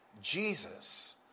Jesus